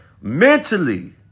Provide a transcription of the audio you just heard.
mentally